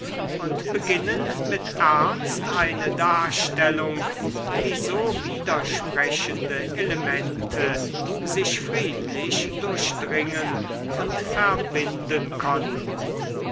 und beginnen mit ernst eine darstellung wie so widersprechende elemente sich friedlich durchdringen und verbinden konnten